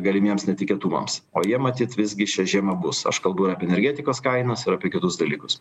galimiems netikėtumams o jie matyt visgi šią žiemą bus aš kalbu ir apie energetikos kainas ir apie kitus dalykus